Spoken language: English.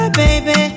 baby